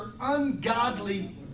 ungodly